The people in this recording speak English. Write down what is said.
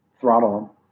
throttle